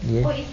ya